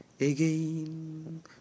again